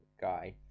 guy